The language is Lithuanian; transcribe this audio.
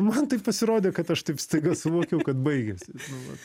man taip pasirodė kad aš taip staiga suvokiau kad baigėsi nu va